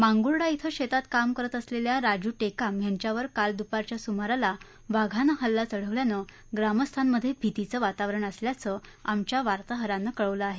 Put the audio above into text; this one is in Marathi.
मांगूर्डा इथं शेतात काम करत असलेल्या राजू टेकाम यांच्यावर काल दुपारच्या सुमाराला वाघानं हल्ला चढविल्यानं ग्रामस्थांमध्ये भीतीचं वातावरण असल्याचं आमच्या वार्ताहरानं कळवलं आहे